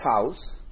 house